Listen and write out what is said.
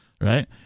right